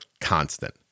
constant